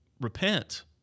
repent